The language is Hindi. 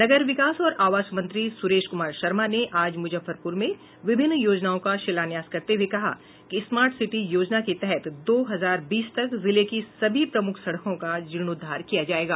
नगर विकास और आवस मंत्री सुरेश कुमार शर्मा ने आज मुजफ्फरपुर में विभिन्न योजनाओं का शिलान्यास करते हुये कहा कि स्मार्ट सिटी योजना के तहत दो हजार बीस तक जिले की सभी प्रमुख सड़कों का जीर्णोद्धार किया जायेगा